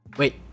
wait